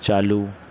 चालू